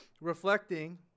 reflecting